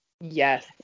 Yes